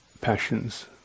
passions